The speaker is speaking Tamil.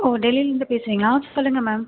ஓ டெல்லியிலருந்து பேசுகிறிங்களா ஆ சொல்லுங்கள் மேம்